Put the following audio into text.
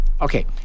Okay